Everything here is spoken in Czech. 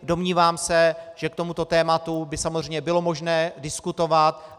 Domnívám se, že k tomuto tématu by samozřejmě bylo možné diskutovat.